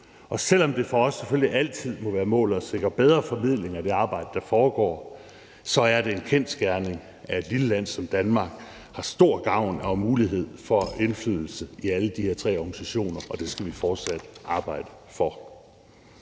Og selv om det for os selvfølgelig altid må være målet at sikre bedre formidling af det arbejde, der foregår, så er det en kendsgerning, at et lille land som Danmark har stor gavn af og mulighed for indflydelse på alle de her tre organisationer, og det skal vi fortsat arbejde for.